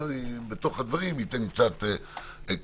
אבל בתוך הדברים אני אתן קצת כיוונים.